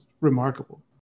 remarkable